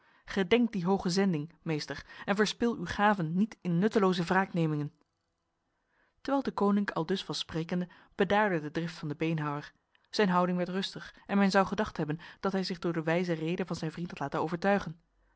die hoge zending meester en verspil uw gaven niet in nutteloze wraaknemingen terwijl deconinck aldus was sprekende bedaarde de drift van de beenhouwer zijn houding werd rustig en men zou gedacht hebben dat hij zich door de wijze rede van zijn vriend had laten overtuigen